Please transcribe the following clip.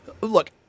Look